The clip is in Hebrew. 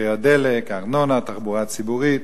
מחירי הדלק, הארנונה, התחבורה הציבורית.